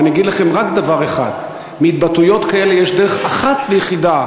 ואני אגיד לכם רק דבר אחד: מהתבטאויות כאלה יש דרך אחת ויחידה,